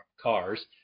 cars